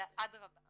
אלא אדרבה,